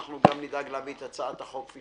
אנחנו גם נדאג להביא את הצעת החוק כפי